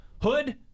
hood